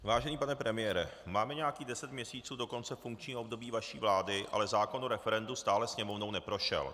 Vážený pane premiére, máme nějakých deset měsíců do konce funkčního období vaší vlády, ale zákon o referendu stále Sněmovnou neprošel.